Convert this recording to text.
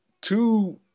two –